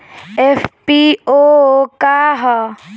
FPO का ह?